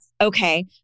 okay